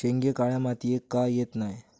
शेंगे काळ्या मातीयेत का येत नाय?